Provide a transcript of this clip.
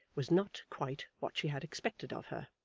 was not quite what she had expected of her,